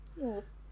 Yes